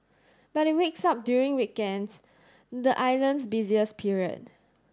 but it wakes up during weekends the island's busiest period